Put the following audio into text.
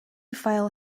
file